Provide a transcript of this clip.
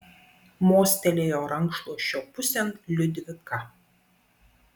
mostelėjo rankšluosčio pusėn liudvika